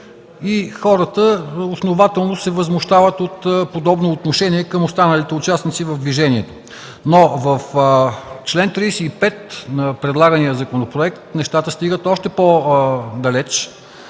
и хората основателно се възмущават от подобно отношение към останалите участници в движението. Но в чл. 35 на предлагания законопроект нещата стигат още по-далеч